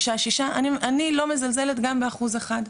אני לא מזלזלת גם באחוז אחד,